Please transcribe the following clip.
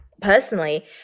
personally